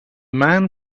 man